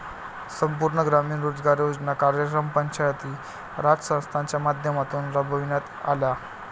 संपूर्ण ग्रामीण रोजगार योजना कार्यक्रम पंचायती राज संस्थांच्या माध्यमातून राबविण्यात आला